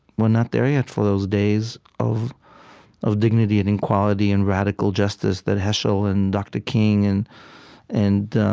we're not there yet for those days of of dignity and equality and radical justice that heschel and dr. king and and